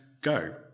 go